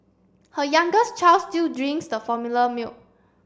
her youngest child still drinks the formula milk